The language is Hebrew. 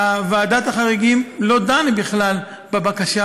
ועדת החריגים לא דנה בכלל בבקשה,